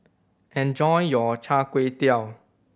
enjoy your chai kway tow